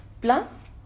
Plus